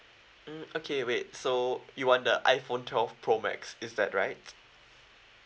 mm okay wait so you want the iphone twelve pro max is that right